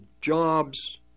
jobs